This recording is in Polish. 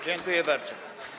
Dziękuję bardzo.